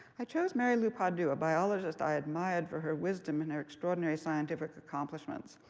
i chose mary-lou pardue, a biologist i admired for her wisdom and her extraordinary scientific accomplishments.